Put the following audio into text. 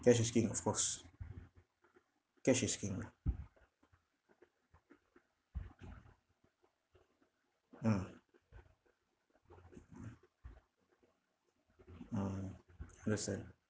cash is king of course cash is king lah mm mm understand